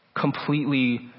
completely